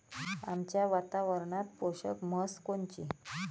आमच्या वातावरनात पोषक म्हस कोनची?